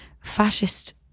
fascist